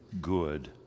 good